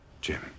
Jim